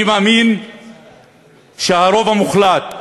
אני מאמין שהרוב המוחלט